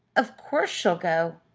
of course she'll go!